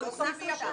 זה הוסף עכשיו.